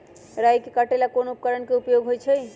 राई के काटे ला कोंन उपकरण के उपयोग होइ छई?